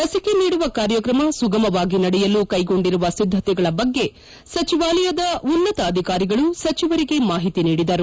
ಲಿಸಿಕೆ ನೀಡುವ ಕಾರ್ಯಕ್ರಮ ಸುಗಮವಾಗಿ ನಡೆಯಲು ಕೈಗೊಂಡಿರುವ ಸಿದ್ಧತೆಗಳ ಬಗ್ಗೆ ಸಚಿವಾಲಯದ ಉನ್ನತ ಅಧಿಕಾರಿಗಳು ಸಚಿವರಿಗೆ ಮಾಹಿತಿ ನೀಡಿದರು